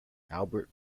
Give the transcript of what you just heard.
albert